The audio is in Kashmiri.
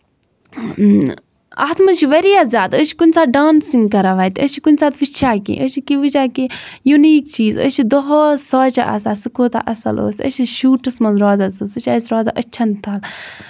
اَتھ منٛز چھُ واریاہ زیادٕ أسۍ چھِ کُنہِ ساتہٕ ڈانسِنگ کران وَتہِ أسۍ چھِ کُنہِ ساتہٕ وٕچھان کیٚنہہ أسۍ چھِ کیٚنہہ وٕچھان کہِ یُنیٖک چیٖز أسۍ چھِ دۄہس سونچان آسان سُہ کوٗتاہ اصٕل اوس أسۍ چھُ شوٗٹَس منٛز روزان سُہ چھُ اَسہِ روزان أچھن تَل